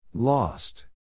Lost